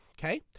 Okay